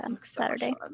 saturday